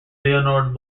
leonard